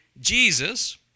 jesus